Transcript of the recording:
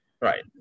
Right